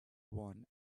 one